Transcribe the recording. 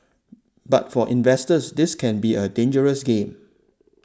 but for investors this can be a dangerous game